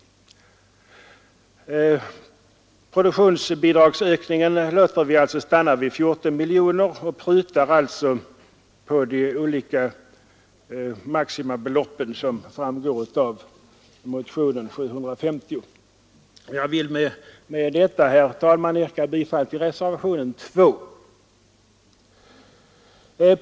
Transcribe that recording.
Produktionsbidragsökningen låter vi alltså stanna vid 14 miljoner kronor och prutar följaktligen på de olika maximibeloppen, såsom framgår av motionen 1750. Jag vill med detta, herr talman, yrka bifall till reservationen 2.